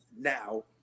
now